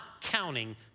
counting